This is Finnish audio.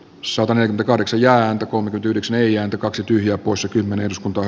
sopanen kahdeksan ja ääntä kun pyydyksen ei ääntä kaksi tyhjää poissa kymmenen skonto